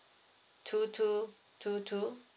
two two two two